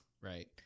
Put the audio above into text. Right